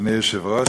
אדוני היושב-ראש,